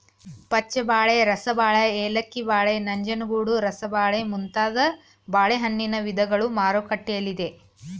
ಪಚ್ಚಬಾಳೆ, ರಸಬಾಳೆ, ಏಲಕ್ಕಿ ಬಾಳೆ, ನಂಜನಗೂಡು ರಸಬಾಳೆ ಮುಂತಾದ ಬಾಳೆಹಣ್ಣಿನ ವಿಧಗಳು ಮಾರುಕಟ್ಟೆಯಲ್ಲಿದೆ